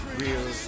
real